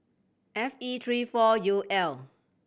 F E three four U L